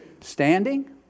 Standing